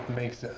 makes